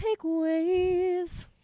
takeaways